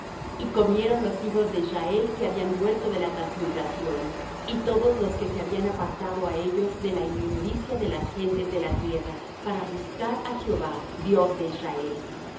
y comieron los hijos de israel que habían vuelto de la transmigración y todos los que se habían apartado á ellos de la inmundicia de las gentes de la tierra para buscar á jehová dios de israel